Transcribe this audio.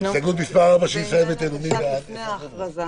לפני ההכרזה